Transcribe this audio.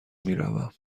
میروم